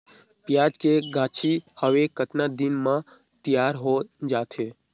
पियाज के गाछी हवे कतना दिन म तैयार हों जा थे?